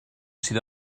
sydd